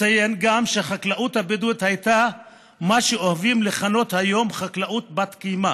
לציין גם שהחקלאות הבדואית הייתה מה שאוהבים לכנות היום חקלאות בת-קיימא